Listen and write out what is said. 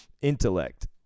intellect